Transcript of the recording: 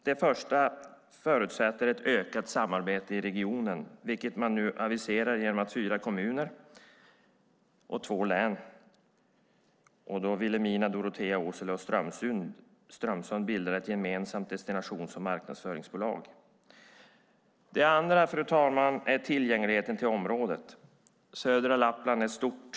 Det ena är ett ökat samarbete i regionen, vilket man nu aviserar genom att fyra kommuner i två län, Vilhelmina, Dorotea, Åsele och Strömsund, bildar ett gemensamt destinations och marknadsföringsbolag. Det andra, fru talman, är tillgängligheten till området. Södra Lappland är stort.